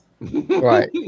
right